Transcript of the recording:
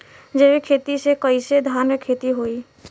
जैविक खेती से कईसे धान क खेती होई?